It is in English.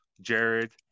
jared